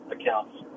accounts